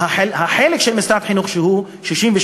שהחלק של משרד חינוך שהוא 68%,